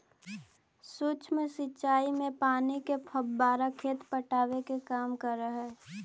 सूक्ष्म सिंचाई में पानी के फव्वारा खेत पटावे के काम करऽ हइ